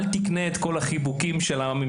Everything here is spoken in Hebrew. אל תקנה את כל החיבוקים של הממשלה.